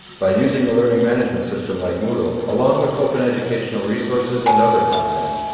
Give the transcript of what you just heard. by using a learning management system like moodle along with open educational resources and other content,